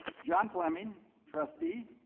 john fleming trustee,